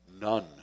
none